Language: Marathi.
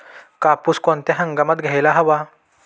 कापूस कोणत्या हंगामात घ्यायला हवा?